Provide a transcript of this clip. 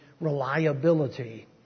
reliability